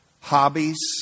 Hobbies